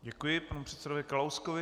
Děkuji panu předsedovi Kalouskovi.